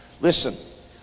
listen